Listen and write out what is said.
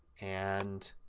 and,